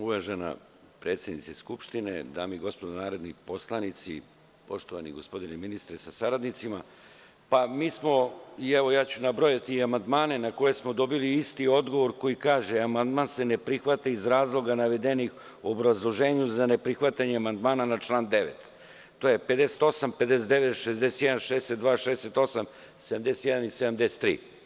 Uvažena predsednice Skupštine, dame i gospodo, narodni poslanici, poštovani gospodine ministre sa saradnicima, mi smo i ja ću nabrojati amandmane na koje smo dobili isti odgovor koji kaže – amandman se ne prihvata iz razloga navedenih u obrazloženju za ne prihvatanje amandmana na član 9. to je 58, 59, 61, 62, 68, 71 i 73.